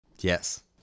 Yes